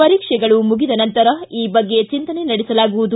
ಪರೀಕ್ಷೆಗಳು ಮುಗಿದ ನಂತರ ಈ ಬಗ್ಗೆ ಚಿಂತನೆ ನಡೆಸಲಾಗುವುದು